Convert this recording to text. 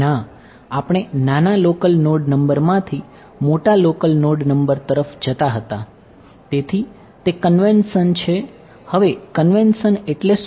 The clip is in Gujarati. ના આપણે નાના લોકલ એટલે શું